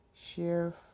Sheriff